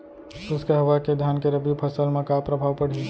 शुष्क हवा के धान के रबि फसल मा का प्रभाव पड़ही?